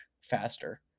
faster